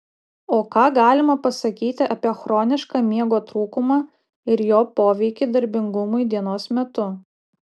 o ką galima pasakyti apie chronišką miego trūkumą ir jo poveikį darbingumui dienos metu